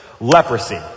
leprosy